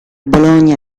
bologna